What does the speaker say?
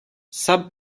sub